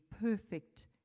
perfect